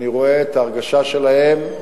אני רואה את ההרגשה שלהם,